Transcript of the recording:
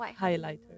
highlighter